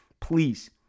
Please